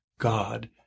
God